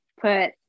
put